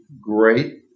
great